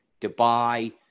Dubai